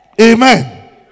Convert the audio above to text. Amen